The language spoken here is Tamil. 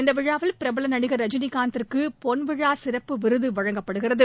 இந்த விழாவில் பிரபல நடிகள் ரஜினிகாந்த்துக்கு பொன்விழா சிறப்பு விருது வழங்கப்படுகிறது